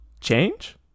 Change